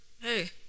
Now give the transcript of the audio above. Hey